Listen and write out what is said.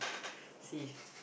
see